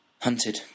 Hunted